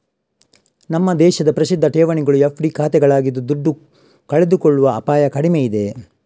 ನಮ್ಮ ದೇಶದ ಪ್ರಸಿದ್ಧ ಠೇವಣಿಗಳು ಎಫ್.ಡಿ ಖಾತೆಗಳಾಗಿದ್ದು ದುಡ್ಡು ಕಳೆದುಕೊಳ್ಳುವ ಅಪಾಯ ಕಡಿಮೆ ಇದೆ